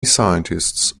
scientists